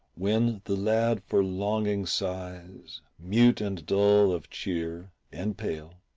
when the lad for longing sighs, mute and dull of cheer and pale,